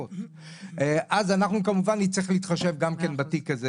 אז אנחנו כמובן נצטרך גם כן להתחשב בתיק הזה.